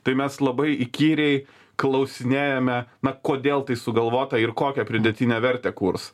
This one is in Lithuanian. tai mes labai įkyriai klausinėjame na kodėl tai sugalvota ir kokią pridėtinę vertę kurs